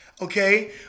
okay